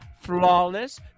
Flawless